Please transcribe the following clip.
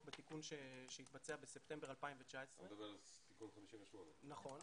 בתיקון שהתבצע בספטמבר 2019. אתה מדבר על תיקון 58. נכון.